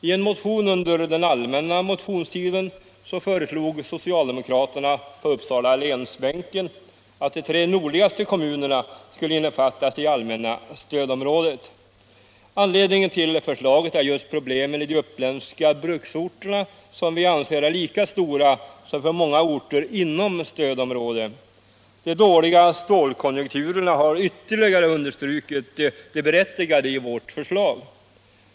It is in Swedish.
I en motion under den allmänna motionstiden föreslog de socialdemokratiska ledamöterna från Uppsala län att de tre nordligaste kommunerna skulle innefattas i det allmänna stödområdet. Anledningen till förslaget var just de uppländska bruksorternas problem, som vi anser är lika stora som problemen för många orter inom stödområdet. De dåliga stålkonjunkturerna har ytterligare understrukit det berättigade i 155 vårt förslag.